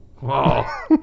Wow